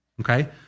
Okay